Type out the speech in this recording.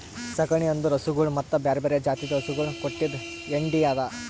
ಸಗಣಿ ಅಂದುರ್ ಹಸುಗೊಳ್ ಮತ್ತ ಬ್ಯಾರೆ ಬ್ಯಾರೆ ಜಾತಿದು ಹಸುಗೊಳ್ ಕೊಟ್ಟಿದ್ ಹೆಂಡಿ ಅದಾ